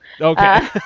Okay